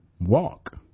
walk